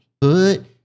put